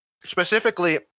Specifically